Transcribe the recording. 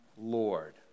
Lord